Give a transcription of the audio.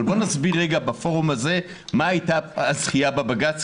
אבל בוא נסביר רגע בפורום הזה מה הייתה הזכייה בבג"ץ,